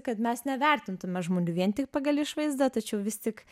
kad mes nevertintume žmonių vien tik pagal išvaizdą tačiau vis tik